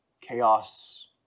chaos